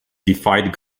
defied